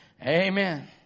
Amen